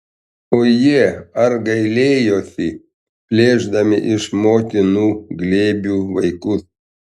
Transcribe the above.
o jie ar gailėjosi plėšdami iš motinų glėbių vaikus